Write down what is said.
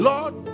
Lord